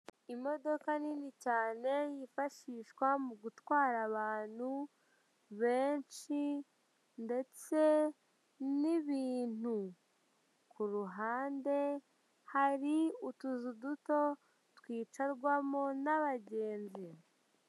Imodoka nini cyane yifashishwa mu gutwara abantu benshi ndetse n'ibintu, ku ruhande hari utuzu duto twicarwamo n'abagenzi.